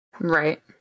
Right